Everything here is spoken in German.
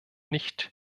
nicht